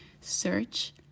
search